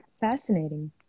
fascinating